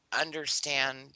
understand